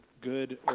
good